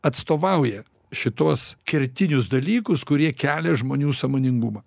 atstovauja šituos kertinius dalykus kurie kelia žmonių sąmoningumą